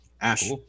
Ash